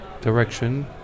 direction